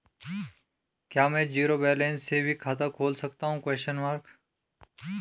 क्या में zero balance से भी खाता खोल सकता हूँ?